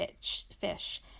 fish